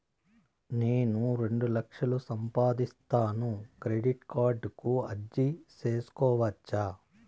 నేను రెండు లక్షలు సంపాదిస్తాను, క్రెడిట్ కార్డుకు అర్జీ సేసుకోవచ్చా?